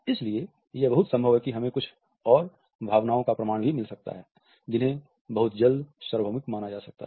इसलिए यह बहुत संभव है कि हमें कुछ और भावनाओं का प्रमाण भी मिल सकता है जिन्हें बहुत जल्द सार्वभौमिक माना जा सकता है